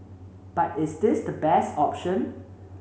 but is this the best option